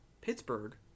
Pittsburgh